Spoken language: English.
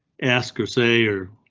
ask or say or